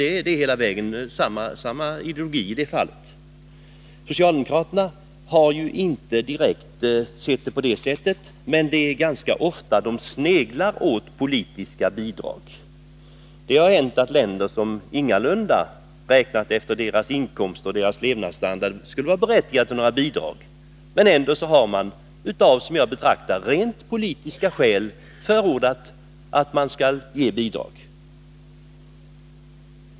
Det är hela vägen fråga om samma ideologi. Socialdemokraterna har inte direkt sett bidragsgivningen på detta sätt, men ganska ofta sneglar de åt politiska bidrag. Det har hänt att länder, som räknat efter sina inkomster och levnadsstandard ingalunda skulle vara berättigade till bidrag, ändå har av, som jag betraktar det, rent politiska skäl ansetts lämpade att få bidrag.